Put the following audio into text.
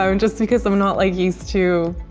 um and just because i'm not like used to,